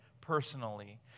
personally